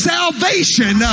salvation